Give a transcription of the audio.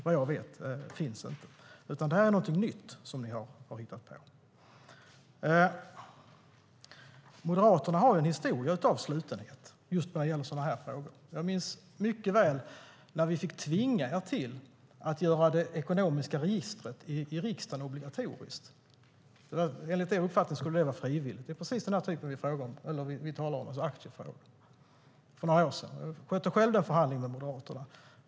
Vad jag vet finns inte någon sådan praxis. Det här är något nytt ni har hittat på. Moderaterna har en historia av slutenhet i sådana frågor. Jag minns mycket väl när vi för några år sedan fick tvinga er till att gå med på att göra anmälan till det ekonomiska registret i riksdagen obligatorisk. Enligt er uppfattning skulle anmälan till registret vara frivillig. Det handlar om just aktiefrågor. Jag skötte själv förhandlingen med Moderaterna.